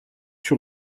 sur